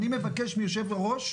אני מבקש מהיושב-ראש,